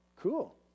cool